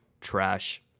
Trash